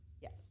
Yes